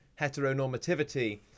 heteronormativity